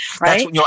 Right